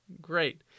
great